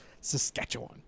Saskatchewan